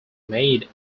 made